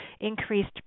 increased